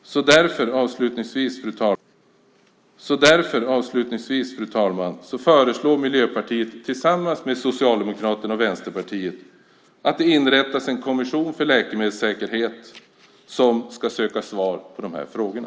Fru talman! Därför föreslår Miljöpartiet tillsammans med Socialdemokraterna och Vänsterpartiet att det inrättas en kommission för läkemedelssäkerhet som ska söka svar på de här frågorna.